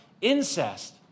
incest